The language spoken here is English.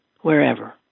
wherever